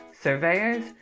surveyors